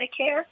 Medicare